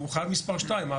הוא חייב מס' 2,